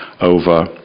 over